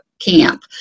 camp